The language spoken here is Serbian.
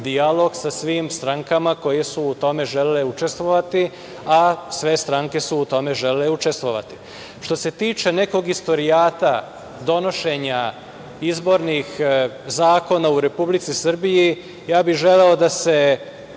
dijalog sa svim strankama koje su u tome želele učestvovati, a sve stranke su u tome želele učestvovati. Što se tiče nekog istorijata donošenja izbornih zakona u Republici Srbiji, želeo bih da vas